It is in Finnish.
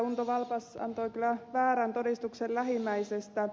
unto valpas antoi kyllä väärän todistuksen lähimmäisestään